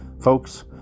folks